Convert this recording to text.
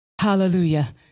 Hallelujah